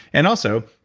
and also,